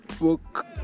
book